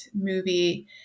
movie